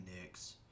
Knicks